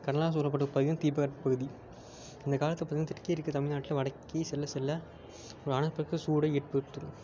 கடலால் சூழப்பட்ட பகுதியும் தீபகற்ப பகுதி அந்தக் காலத்தில் பார்த்தீங்கன்னா தெற்கே இருக்கற தமிழ் நாட்டில் வடக்கே செல்ல செல்ல வானப்பக்கம் சூடை ஏற்படுத்தும்